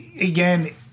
again